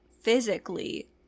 physically